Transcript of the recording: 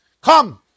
come